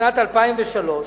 בשנת 2003,